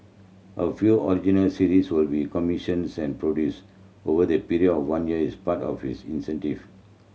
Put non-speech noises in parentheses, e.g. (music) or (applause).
a few original series will be commissions and produced over the period of one year is part of this (unintelligible)